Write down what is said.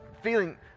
feeling